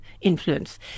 influence